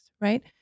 right